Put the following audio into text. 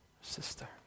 sister